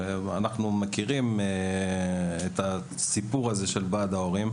מכירים את הסיפור של ועד הורים,